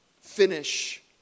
finish